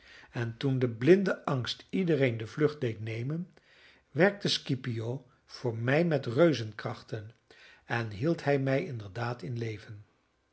en toen de blinde angst iedereen de vlucht deed nemen werkte scipio voor mij met reuzenkrachten en hield hij mij inderdaad in het leven